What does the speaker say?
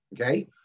okay